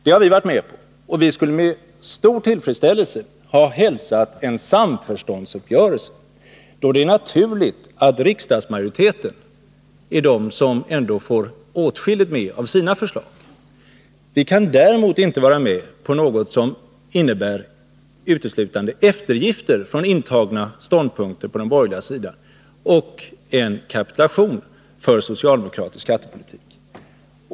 Det har vi varit med på, och vi skulle med stor tillfredsställelse ha hälsat en samförståndsuppgörelse, då det är naturligt att riksdagsmajoriteten ändå får åtskilligt med av sina förslag. Vi kan däremot inte vara med på något som innebär uteslutande eftergifter när det gäller intagna ståndpunkter på den borgerliga sidan och en kapitulation för socialdemokratisk skattepolitik.